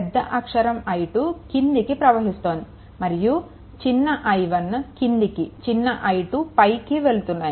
పెద్ద అక్షరం I2 క్రిందికి ప్రవహిస్తోంది మరియు చిన్న i1 క్రిందికి చిన్న i2 పైకి వెళ్తున్నాయి